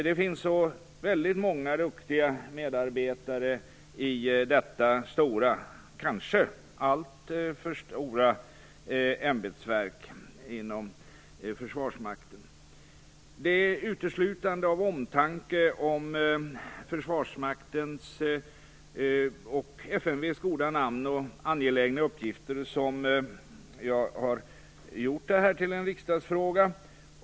Det finns så väldigt många duktiga medarbetare i detta stora, kanske alltför stora, ämbetsverk inom Försvarsmakten. Det är uteslutande av omtanke om Försvarsmaktens och FMV:s goda namn och angelägna uppgifter som jag gjort detta till en riksdagsfråga.